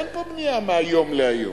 אין פה בנייה מהיום להיום.